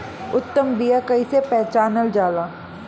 उत्तम बीया कईसे पहचानल जाला?